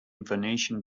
venetian